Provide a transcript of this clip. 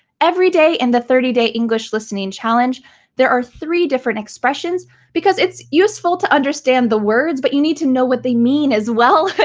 every day in the thirty day english listening challenge there are three different expressions because its useful to understand the words, but you need to know what they mean as well.